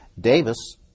Davis